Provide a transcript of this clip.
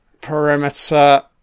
perimeter